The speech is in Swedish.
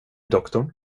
doktorn